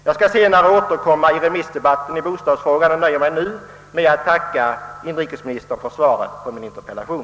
Jag skall senare i remissdebatten återkomma i bostadsfrågan och nöjer mig nu med att tacka inrikesministern för svaret på min interpellation.